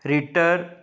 ritter